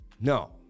No